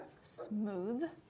Smooth